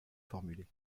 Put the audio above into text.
formuler